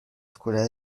escuela